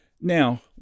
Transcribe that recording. Now